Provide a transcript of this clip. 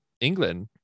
england